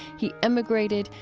he emigrated,